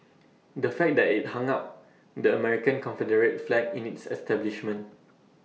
the fact that IT hung up the American Confederate flag in its establishment